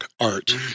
art